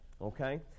okay